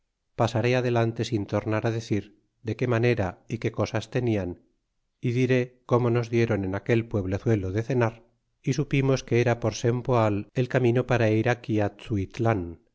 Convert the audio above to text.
pasaré adelante sin tornar á decir de qué manera é qué cosas tenian y diré como nos dieron en aquel pueblezuelo de cenar y supimos que era por sempoal el camino para ir